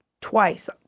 twice